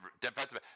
defensive